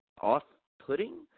off-putting